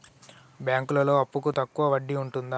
బ్యాంకులలో అప్పుకు తక్కువ వడ్డీ ఉంటదా?